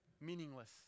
meaningless